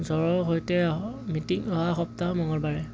জৰৰ সৈতে মিটিং অহা সপ্তাহৰ মঙলবাৰে